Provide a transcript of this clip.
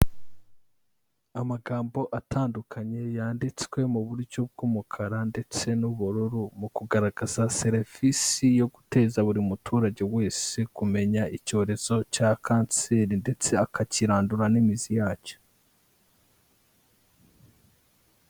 Amagambo atandukanye yanditswe mu buryo bw'umukara ndetse n'ubururu, mu kugaragaza serivisi yo guteza buri muturage wese kumenya icyorezo cya kanseri ndetse akakirandura n'imizi yacyo.